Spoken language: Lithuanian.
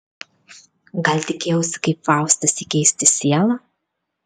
gal tikėjausi kaip faustas įkeisti sielą